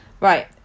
Right